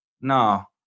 No